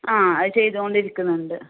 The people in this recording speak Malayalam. ആ അത് ചെയ്തോണ്ടിരിക്കുന്നുണ്ട്